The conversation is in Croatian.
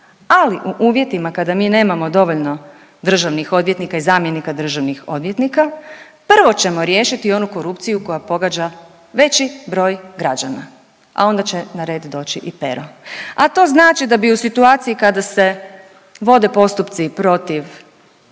ali u uvjetima kada mi nemamo dovoljno državnih odvjetnika i zamjenika državnih odvjetnika prvo ćemo riješiti onu korupciju koja pogađa veći broj građana, a onda će na red doći i Pero. A to znači da bi u situaciji kada se vode postupci